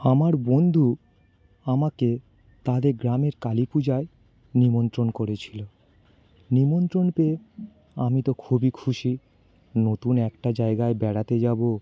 আমার বন্ধু আমাকে তাদের গ্রামের কালী পূজায় নিমন্ত্রণ করেছিল নিমন্ত্রণ পেয়ে আমি তো খুবই খুশি নতুন একটা জায়গায় বেড়াতে যাব